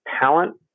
talent